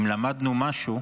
אם למדנו משהו,